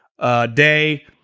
Day